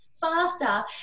faster